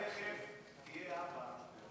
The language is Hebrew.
אתה תכף תהיה אבא,